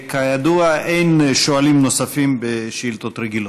כידוע, אין שואלים נוספים בשאילתות רגילות.